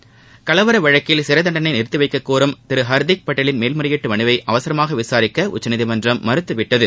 சிறைதண்டனையை கலவர வழக்கில் நிறுத்தி வைக்கக்கோரும் திரு ஹர்த்திக் பட்டேலின் மேல்முறையீட்டு மனுவை அவசரமாக விசாரிக்க உச்சநீதிமன்றம் மறுத்துவிட்டது